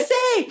say